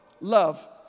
Love